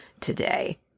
today